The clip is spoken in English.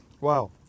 Wow